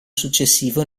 successivo